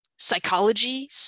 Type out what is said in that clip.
psychology